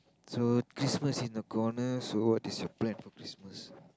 so Christmas in the corner so what is your plan for Christmas